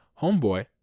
homeboy